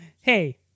hey